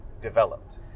developed